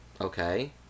Okay